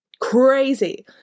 crazy